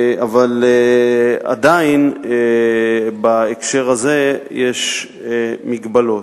אבל עדיין, בהקשר הזה יש מגבלות.